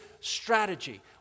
strategy